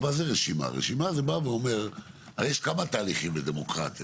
יש כמה תהליכים לדמוקרטיה,